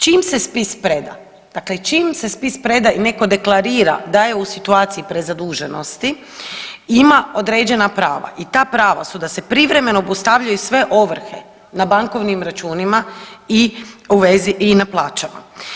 Čim se spis preda, dakle čim se spis preda i netko deklarira da je u situaciji prezaduženosti ima određena prava i ta prava su da se privremeno obustavljaju sve ovrhe na bankovnim računima i u vezi i na plaćama.